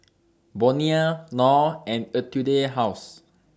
Bonia Knorr and Etude House